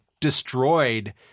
destroyed